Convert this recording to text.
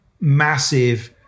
massive